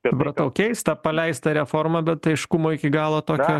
supratau keista paleista reforma bet aiškumo iki galo tokio